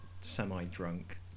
semi-drunk